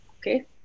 okay